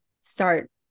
start